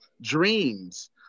Dreams